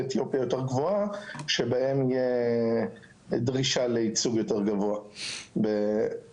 אתיופיה יותר גבוהה שבהן יהיה דרישה לייצוג יותר גבוה בהתאמה.